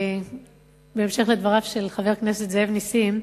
לומר בהמשך לדבריו של חבר הכנסת נסים זאב,